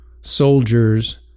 soldiers